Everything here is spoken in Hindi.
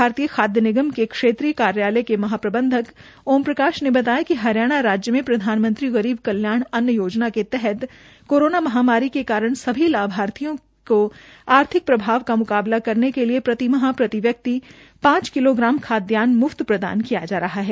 भारतीय खादय विभाग के क्षेत्रीय कार्यालय के महा प्रबंधक ओम प्रकाश ने बताया कि हरियाणा राज्य में प्रधानमंत्री गरीब कल्याण अन्य योजना के तहत कोरोना महामारी के कारण सभी लाभार्थियों को आर्थिक प्रभाव का मुकाबला करने के लिए पति माह प्रतिव्यक्ति पांच किलो खाद्यन म्फ्त प्रदान किया जा रहा है